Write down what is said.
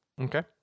Okay